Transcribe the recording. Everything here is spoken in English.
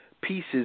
pieces